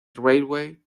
railway